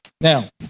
Now